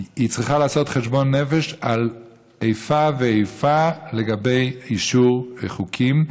היא צריכה לעשות חשבון נפש על איפה ואיפה לגבי אישור חוקים,